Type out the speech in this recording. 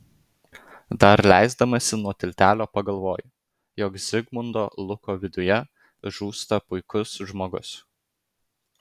dar leisdamasi nuo tiltelio pagalvoju jog zigmundo luko viduje žūsta puikus žmogus